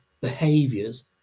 behaviors